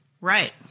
right